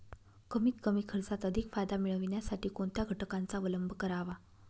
कमीत कमी खर्चात अधिक फायदा मिळविण्यासाठी कोणत्या घटकांचा अवलंब करावा?